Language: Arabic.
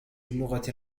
اللغة